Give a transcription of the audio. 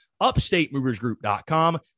upstatemoversgroup.com